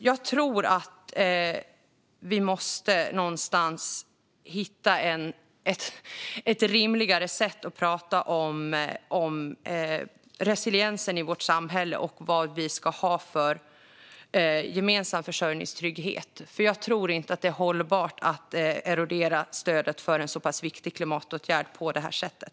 Jag tror att vi måste hitta ett rimligare sätt att prata om resiliensen i vårt samhälle och vad vi ska ha för gemensam försörjningstrygghet, för jag tror inte att det är hållbart att erodera stödet för en så pass viktig klimatåtgärd på det här sättet.